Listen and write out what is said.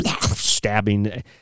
stabbing